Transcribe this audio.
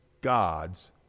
God's